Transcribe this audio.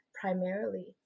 primarily